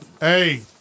Hey